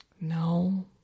No